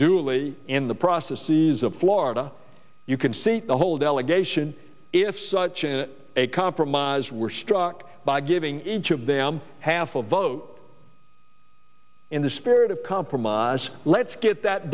duly in the process sees of florida you can see the whole delegation if such and a compromise were struck by giving each of them half a vote in the spirit of compromise let's get that